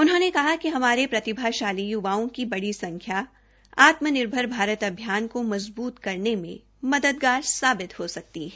उन्होंने कहा कि हमारे प्रतिभाशाली युवाओं की बड़ी संख्या आत्म निर्भर भारत अभियान को मजबूत करने में मददगार साबित हो सकती है